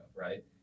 Right